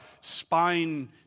spine